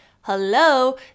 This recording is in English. Hello